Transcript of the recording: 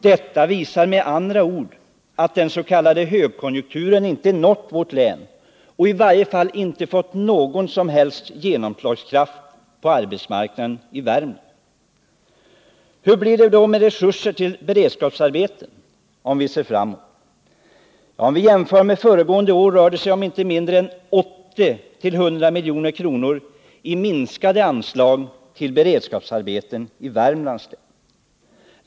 Detta visar med andra ord att den s.k. högkonjunkturen inte nått vårt län och i varje fall inte fått någon som helst genomslagskraft på arbetsmarknaden i Värmland. Hur blir det då med resurser till beredskapsarbeten, om vi ser framåt? Om vi jämför med föregående år rör det sig om inte mindre än 80-100 milj.kr. minskningar av anslagen till beredskapsarbeten i Värmlands län.